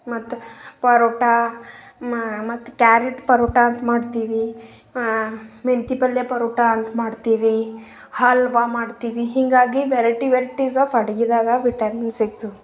ಮತ್ತು ಪರೋಟಾ ಮತ್ತು ಕ್ಯಾರಟ್ ಪರೋಟಾ ಅಂತ ಮಾಡ್ತೀವಿ ಮೆಂತೆ ಪಲ್ಯ ಪರೋಟಾ ಅಂತ ಮಾಡ್ತೀವಿ ಹಲ್ವಾ ಮಾಡ್ತೀವಿ ಹೀಗಾಗಿ ವೆರೈಟಿ ವೆರೈಟಿಸ್ ಆಫ್ ಅಡ್ಗೆದಾಗ ವಿಟಾಮಿನ್ ಸಿಗ್ತದೆ